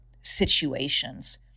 situations